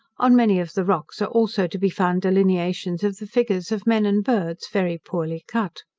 on many of the rocks are also to be found delineations of the figures of men and birds, very poorly cut.